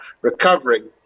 recovering